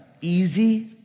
easy